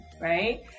right